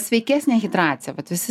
sveikesnė hidracija vat visi